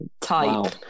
type